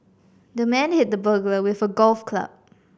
the man hit the burglar with a golf club